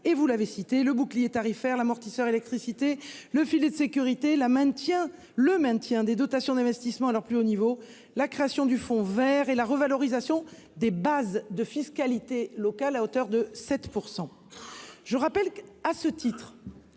Je pense au bouclier tarifaire, à l'amortisseur électricité, au filet de sécurité, au maintien des dotations d'investissement à leur plus haut niveau, à la création du fonds vert et à la revalorisation des bases de fiscalité locale à hauteur de 7 %.